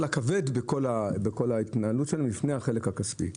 הכבד בכל ההתנהלות שלהם לפני החלק הכספי.